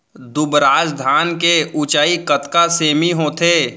दुबराज धान के ऊँचाई कतका सेमी होथे?